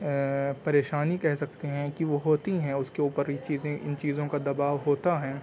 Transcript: پریشانی کہہ سکتے ہیں کہ وہ ہوتی ہیں اس کے اوپر یہ چیزیں ان چیزوں کا دباؤ ہوتا ہے